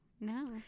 no